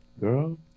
Girl